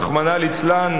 רחמנא ליצלן,